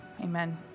amen